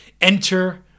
Enter